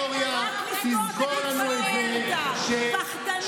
פחדנים, פחדנים.